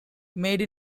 made